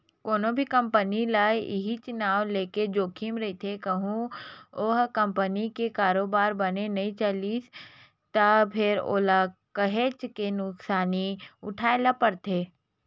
कोनो भी कंपनी ल इहीं नांव लेके जोखिम रहिथे कहूँ ओ कंपनी के कारोबार बने नइ चलिस त फेर ओला काहेच के नुकसानी उठाय ल परथे